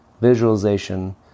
visualization